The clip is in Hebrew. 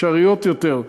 אפשריות יותר,